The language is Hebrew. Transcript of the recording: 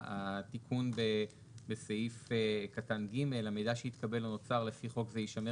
התיקון בסעיף קטן (ג): המידע שהתקבל או נוצר לפי חוק זה יישמר